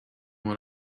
what